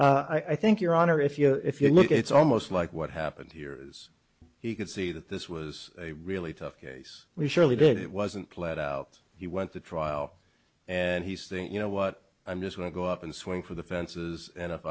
i think your honor if you know if you look it's almost like what happened here is he could see that this was a really tough case we surely did it wasn't pled out he went to trial and he's think you know what i'm just going to go up and swing for the fences and if